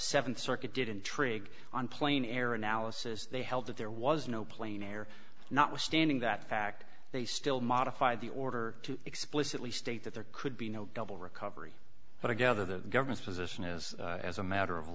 seventh circuit did intrigue on plane air analysis they held that there was no plane air notwithstanding that fact they still modified the order to explicitly state that there could be no double recovery but i gather the government's position is as a matter of